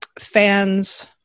fans